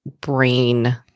brain